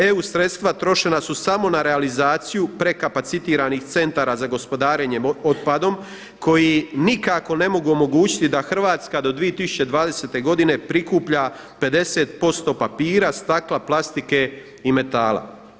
EU sredstva trošena su samo na realizaciju prekapacitiranih centara za gospodarenje otpadom koji nikako ne mogu omogućiti da Hrvatska do 2020. godine prikuplja 50% papira, stakla, plastike i metala.